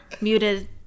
muted